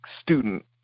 student